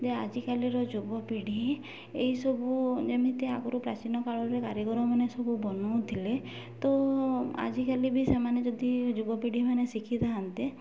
ଯେ ଆଜିକାଲିର ଯୁବପିଢ଼ି ଏଇସବୁ ଯେମିତି ଆଗରୁ ପ୍ରାଚୀନ କାଳରେ କାରିଗରମାନେ ସବୁ ବନାଉଥିଲେ ତ ଆଜିକାଲି ବି ସେମାନେ ଯଦି ଯୁବପିଢ଼ିମାନେ ଶିଖିଥାଆନ୍ତେ